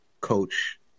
Coach